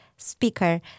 Speaker